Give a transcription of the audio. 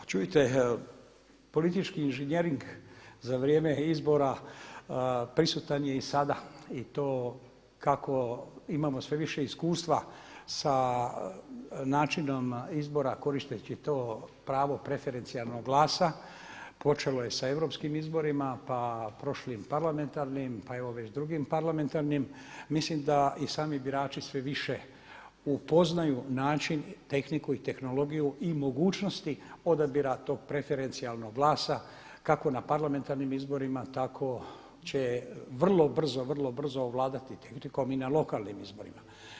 A čujte, politički inženjering za vrijeme izbora prisutan je i sada i to kako imamo sve više iskustva sa načinom izbora, koristeći to pravo preferencijalnog glasa, počelo je sa europskih izborima pa prošlim parlamentarnim pa evo već drugim parlamentarnim, mislim da i sami birači sve više upoznaju način, tehniku i tehnologiju i mogućnosti odabira tog preferencijalnog glasa kako na parlamentarnim izborima tako će vrlo brzo, vrlo brzo ovladati tehnikom i na lokalnim izborima.